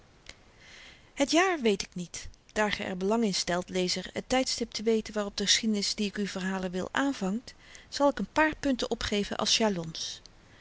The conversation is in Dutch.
het jaar weet ik niet daar ge er belang in stelt lezer het tydstip te weten waarop de geschiedenis die ik u verhalen wil aanvangt zal ik n paar punten opgeven als jalons